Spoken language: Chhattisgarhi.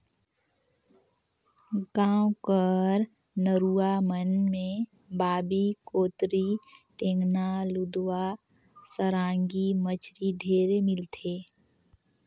गाँव कर नरूवा मन में बांबी, कोतरी, टेंगना, लुदवा, सरांगी मछरी ढेरे मिलथे